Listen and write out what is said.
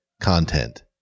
content